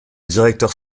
directeur